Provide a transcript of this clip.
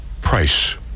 price